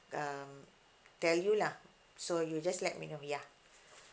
um tell you lah so you just let me know ya